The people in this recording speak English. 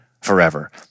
forever